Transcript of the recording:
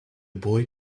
boy